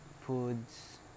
foods